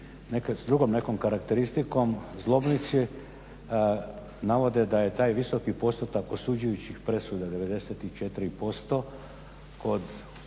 s drugom nekom karakteristikom zlobnici navode da je taj visoki postotak osuđujućih presuda 94% kod uglavnom